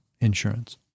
insurance